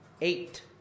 eight